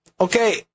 okay